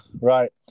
Right